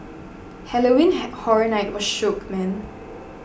Halloween Horror Night was shook man